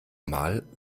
mal